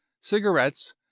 cigarettes